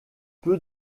peu